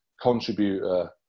contributor